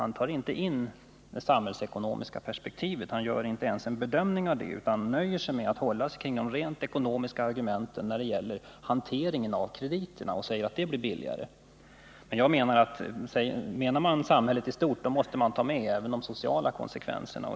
Han tar inte in det samhällsekonomiska perspektivet, han gör inte ens en bedömning av det utan håller sig till de rent ekonomiska argumenten när det gäller hanteringen av krediterna. Men talar man om samhället i stort måste man ta med även de sociala konsekvenserna.